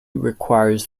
requires